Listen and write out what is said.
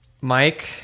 Mike